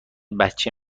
بچه